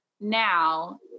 now